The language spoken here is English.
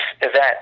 event